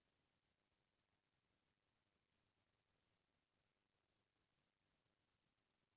कृत्रिम वातावरण का होथे, अऊ ओमा खेती कइसे करथे?